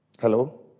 Hello